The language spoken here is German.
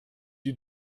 die